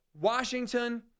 Washington